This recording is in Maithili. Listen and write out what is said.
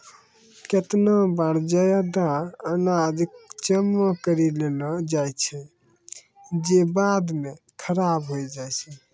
केतना बार जादा अनाज जमा करि लेलो जाय छै जे बाद म खराब होय जाय छै